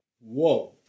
Whoa